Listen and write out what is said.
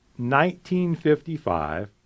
1955